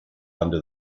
under